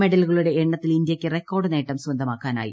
മെഡലുകളുടെ എണ്ണത്തിൽ ഇന്ത്യയ്ക്ക് റെക്കാർഡ് നേട്ടം സ്വന്തമാക്കാനായി